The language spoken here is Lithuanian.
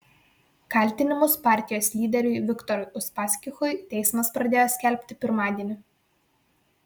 kaltinimus partijos lyderiui viktorui uspaskichui teismas pradėjo skelbti pirmadienį